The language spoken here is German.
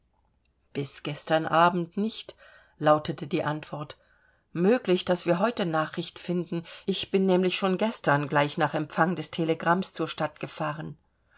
bis gestern abend nicht lautete die antwort möglich daß wir heute nachricht finden ich bin nämlich schon gestern gleich nach empfang des telegramms zur stadt gefahren